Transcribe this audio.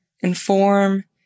inform